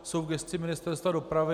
Jsou v gesci Ministerstva dopravy.